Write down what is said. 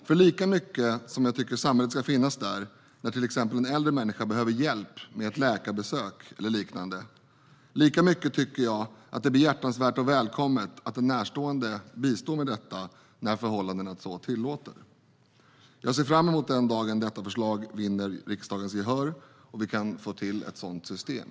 För lika mycket som jag tycker att samhället ska finnas där när till exempel en äldre människa behöver hjälp med ett läkarbesök eller liknande, lika mycket tycker jag att det är behjärtansvärt och välkommet att en närstående bistår med detta när förhållandena så tillåter. Jag ser fram emot den dag detta förslag vinner riksdagens gehör och vi kan få till ett sådant system.